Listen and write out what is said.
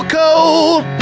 cold